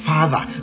Father